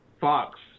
Fox